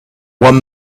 won